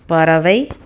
பறவை